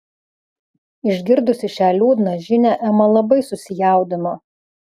išgirdusi šią liūdną žinią ema labai susijaudino